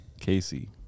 Casey